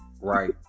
Right